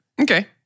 Okay